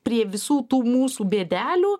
prie visų tų mūsų bėdelių